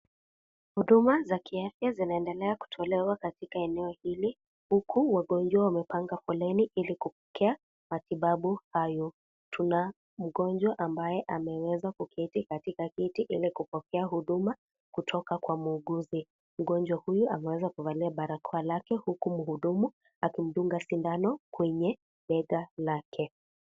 Huduma za kiafya zinaendelea kutolewa katika eneo hili, huku wagonjwa wamepanga foleni ili kupokea matibabu hayo. Tuna mgonjwa ambaye ameweza kuketi katika kiti ili kupokea huduma kutoka kwa muuguzi. Mgonjwa huyu ameweza kuvalia barakoa lake, huku mhudumu akimdunga sindano kwenye bega lake.